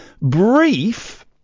brief